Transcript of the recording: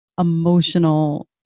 emotional